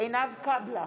עינב קאבלה,